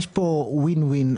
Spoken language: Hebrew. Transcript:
יש פה win win.